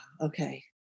okay